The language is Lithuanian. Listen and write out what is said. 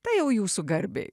tai jau jūsų garbei